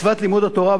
מצוות לימוד התורה,